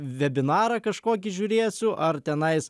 vebinarą kažkokį žiūrėsiu ar tenais